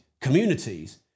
communities